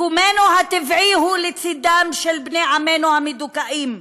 מקומנו הטבעי הוא לצדם של בני עמנו המדוכאים,